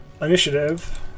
initiative